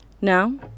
Now